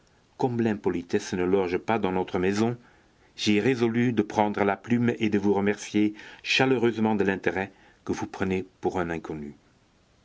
comme l'impolitesse ne loge pas dans notre maison j'ai résolu de prendre la plume et de vous remercier chaleureusement de l'intérêt que vous prenez pour un inconnu